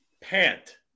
Pant